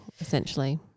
essentially